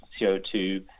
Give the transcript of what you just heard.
CO2